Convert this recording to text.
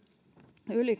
yli